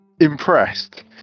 impressed